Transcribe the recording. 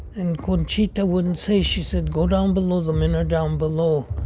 and conchita wouldn't say. she said go down below. the men are down below.